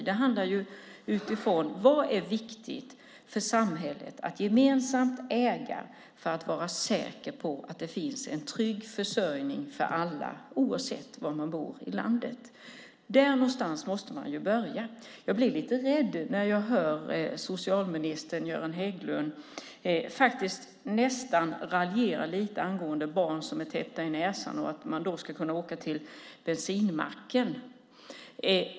Det handlar om vad som är viktigt för samhället, att gemensamt äga för att kunna vara säker på att det finns en trygg försörjning för alla, oavsett var i landet man bor. Där någonstans måste man börja. Jag blir lite rädd när jag hör socialminister Göran Hägglund nästan lite grann raljera över barn som är täppta i näsan och att man då ska kunna åka till bensinmacken.